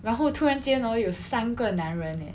然后突然间 hor 有三个男人 eh